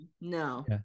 no